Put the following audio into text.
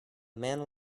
man